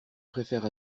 préfère